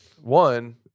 One